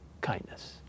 kindness